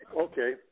okay